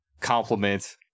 compliment